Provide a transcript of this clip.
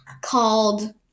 called